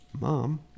mom